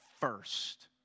first